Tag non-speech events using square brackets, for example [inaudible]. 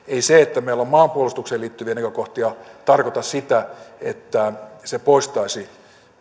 [unintelligible] ei se että meillä on maanpuolustukseen liittyviä näkökohtia tarkoita sitä että se poistaisi